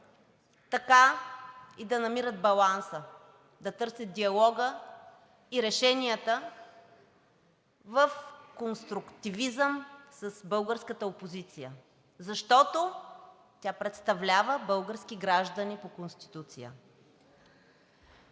така и да намират баланса, да търсят диалога и решенията в конструктивизъм с българската опозиция, защото тя представлява български граждани по Конституция.